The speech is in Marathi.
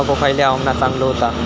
मको खयल्या हवामानात चांगलो होता?